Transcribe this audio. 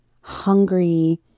hungry